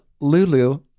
lulu